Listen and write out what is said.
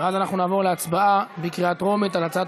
ואז נעבור להצבעה בקריאה טרומית על הצעת